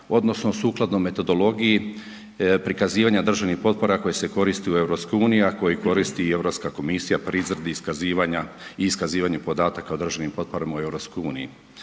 odnosno sukladno metodologiji prikazivanja državnih potpora koje se koristi u EU, a koje koristi i Europska komisija pri izvedbi iskazivanja i iskazivanje podataka o državnim potporama u EU.